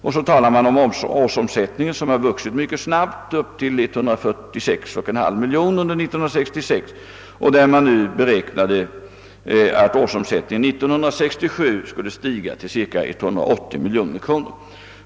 Vidare omnämnes att årsomsättningen gått mycket snabbt upp till 146,5 miljoner kronor under 1966 och man be räknade att årsomsättningen 1967 skulle stiga till cirka 180 miljoner kronor.